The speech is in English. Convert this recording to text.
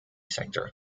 sector